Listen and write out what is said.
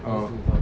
oh